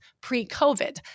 pre-COVID